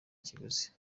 kiguzi